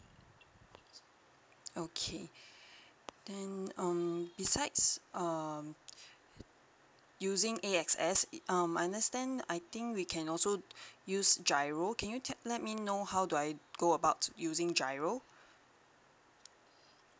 okay then um besides um using A_X_S um I understand I think we can also use giro can you tell let me know how do I go about using giro